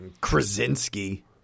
Krasinski